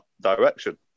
direction